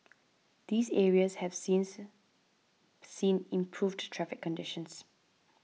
these areas have since seen improved traffic conditions